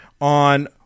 on